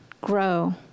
grow